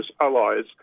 allies